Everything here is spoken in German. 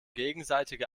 gegenseitige